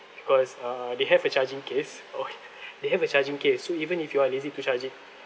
because uh they have a charging case or they have a charging case so even if you are lazy to charge it